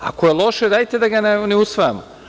Ako je loše, dajte da ga ne usvajamo.